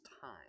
time